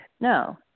No